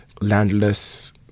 landless